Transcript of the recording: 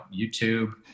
youtube